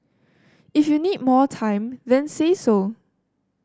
if you need more time then say so